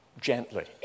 gently